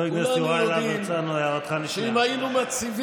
מביבי שמעת?